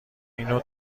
اینو